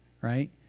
right